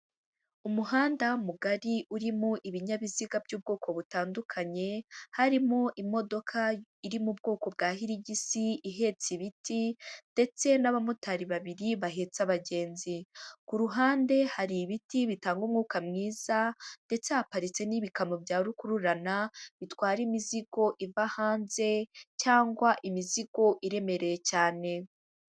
Umuhanda mugari urimo ibinyabiziga by'ubwoko butandukanye, harimo imodoka iri mu bwoko bwa hiligisi ihetse ibiti ndetse n'abamotari babiri bahetse abagenzi, ku ruhande hari ibiti bitanga umwuka mwiza ndetse haparitse nibikamyo bya rukururana, bitwara imizigo iva hanze cyangwa imizigo iremereye cyane.